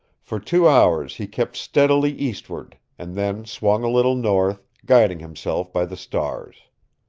for two hours he kept steadily eastward, and then swung a little north, guiding himself by the stars.